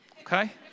okay